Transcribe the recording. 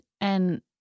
and-